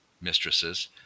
mistresses